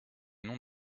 nom